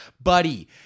Buddy